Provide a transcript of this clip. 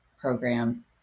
program